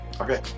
Okay